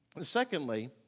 Secondly